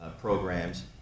programs